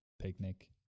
picnic